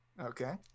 okay